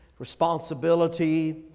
Responsibility